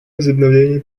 возобновления